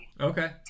Okay